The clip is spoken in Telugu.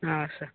సరే